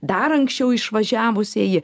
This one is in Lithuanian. dar anksčiau išvažiavusieji